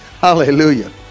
hallelujah